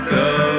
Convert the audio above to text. go